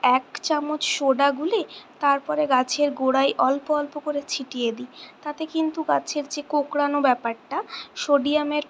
এক চামচ সোডা গুলে তারপরে গাছের গোঁড়ায় অল্প অল্প করে ছিটিয়ে দিই তাতে কিন্তু গাছের যে কোঁকড়ানো ব্যাপারটা সোডিয়ামের